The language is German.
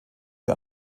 für